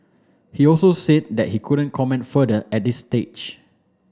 he also said that he couldn't comment further at this stage